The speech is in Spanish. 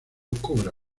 cobra